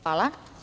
Hvala.